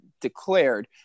declared